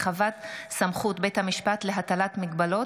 הרחבת סמכות בית המשפט להטלת מגבלות),